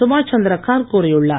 சுபாஷ் சந்திர கார்க் கூறியுள்ளார்